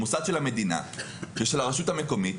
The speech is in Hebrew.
מוסד של המדינה ושל הרשות המקומית,